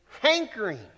hankering